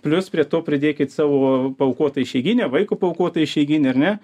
plius prie to pridėkit savo paaukotą išeiginę vaiko paaukotą išeiginę ar ne